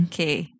Okay